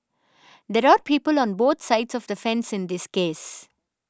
there are people on both sides of the fence in this case